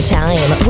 time